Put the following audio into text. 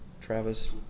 Travis